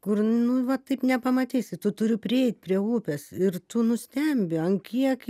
kur nu va taip nepamatysi tu turi prieit prie upės ir tu nustembi ant kiek